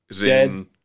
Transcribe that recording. Dead